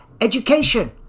education